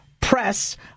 press